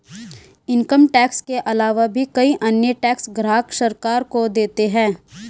income tax के आलावा भी कई अन्य टैक्स ग्राहक सरकार को देता है